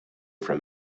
from